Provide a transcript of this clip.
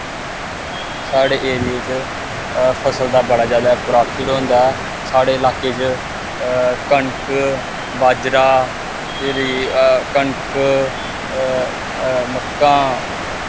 साढ़े एरिये च फसल दा बड़ा जैदा प्राफिट होंदा साढ़े लाह्के च कनक बाजरा फिरी कनक मक्कां